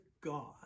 God